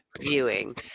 viewing